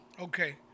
Okay